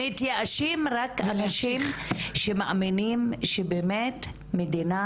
מתייאשים רק אנשים שמאמינים שבאמת המדינה